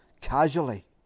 casually